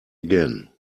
again